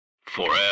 Forever